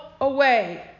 away